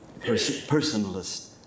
personalist